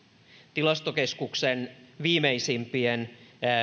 tilastokeskuksen viimeisimpien